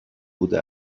بوده